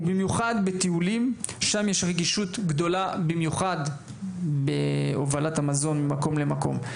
ובמיוחד בטיולים שם יש רגישות גדולה במיוחד בהובלת המזון ממקום למקום.